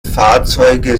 fahrzeuge